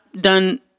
done